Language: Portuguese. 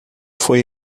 foi